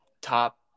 top